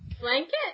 Blanket